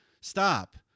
stop